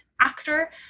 actor